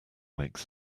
makes